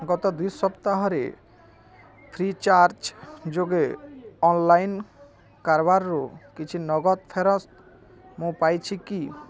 ଗତ ଦୁଇ ସପ୍ତାହରେ ଫ୍ରି ଚାର୍ଜ୍ ଯୋଗେ ଅନଲାଇନ୍ କାରବାରରୁ କିଛି ନଗଦ ଫେରସ୍ତ ମୁଁ ପାଇଛି କି